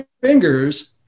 fingers